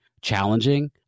challenging